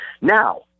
Now